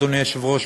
אדוני היושב-ראש,